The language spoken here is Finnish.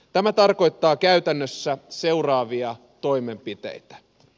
tämä tarkoittaa käytännössä seuraavia toimenpiteitä